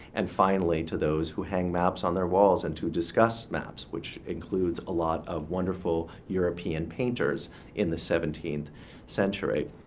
and finally, to those who hang maps on their walls and to discuss maps, which includes a lot of wonderful european painters in the seventeenth century.